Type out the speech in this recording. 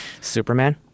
Superman